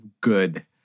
good